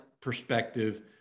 perspective